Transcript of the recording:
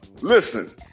listen